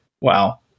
wow